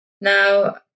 Now